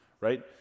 right